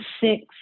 six